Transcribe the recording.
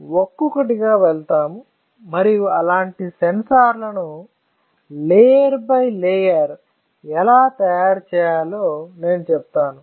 మనం ఒక్కొక్కటిగా వెళ్తాము మరియు అలాంటి సెన్సార్ ను లేయర్ బై లేయర్ ఎలా తయారుచేయాలో నేను చెప్తాను